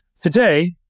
Today